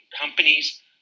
companies